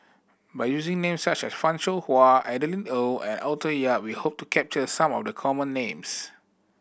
by using names such as Fan Shao Hua Adeline Ooi and Arthur Yap we hope to capture some of the common names